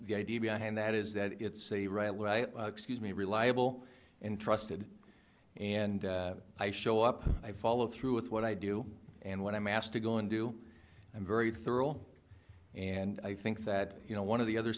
the idea behind that is that it's a right look i excuse me reliable and trusted and i show up and i follow through with what i do and when i'm asked to go and do i'm very thorough and i think that you know one of the other